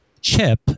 Chip